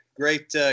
great